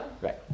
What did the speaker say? Right